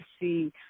see